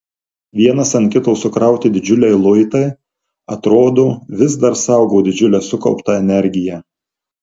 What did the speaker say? vienas ant kito sukrauti didžiuliai luitai atrodo vis dar saugo didžiulę sukauptą energiją